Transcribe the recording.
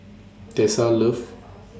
Tessa loves